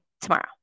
tomorrow